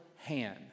hand